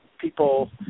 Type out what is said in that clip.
people